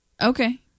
Okay